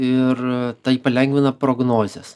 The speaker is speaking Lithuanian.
ir tai palengvina prognozes